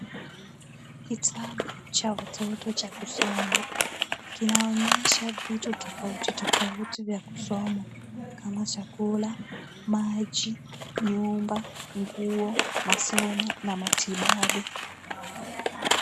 Kitabu cha watoto cha kusoma, kinaonyesha vitu tofauti tofauti vya kusoma kama chakula, maji, nyumba, nguo, masomo na matibabu.